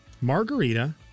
Margarita